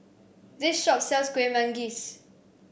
this shop sells Kueh Manggis